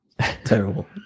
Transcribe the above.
Terrible